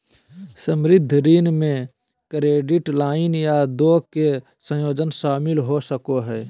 संबंद्ध ऋण में क्रेडिट लाइन या दो के संयोजन शामिल हो सको हइ